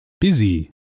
busy